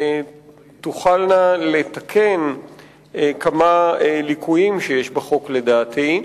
תוכלנה לתקן כמה ליקויים שיש בחוק, לדעתי.